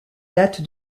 date